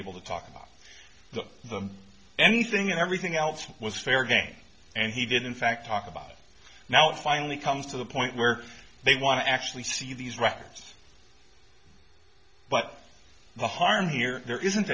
unable to talk about the anything and everything else was fair game and he did in fact talk about now it finally comes to the point where they want to actually see these records but the harm here there isn't